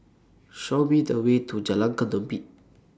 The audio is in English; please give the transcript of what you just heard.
Show Me The Way to Jalan Ketumbit